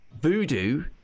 voodoo